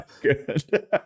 good